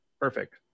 Perfect